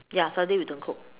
ya Saturday we don't cook